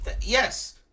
yes